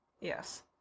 Yes